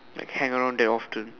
like hang around that often